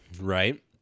right